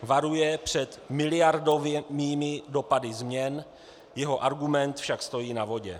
Varuje před miliardovými dopady změn, jeho argument však stojí na vodě.